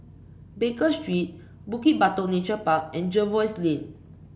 Baker Street Bukit Batok Nature Park and Jervois Lane